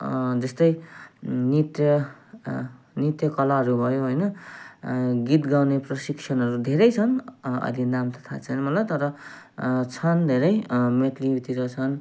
जस्तै नृत्य नृत्यकलाहरू भयो होइन गीत गाउने प्रशिक्षणहरू धेरै छन् अहिले नाम त थाहा छैन मलाई तर छन् धेरै मेटलीतिर छन्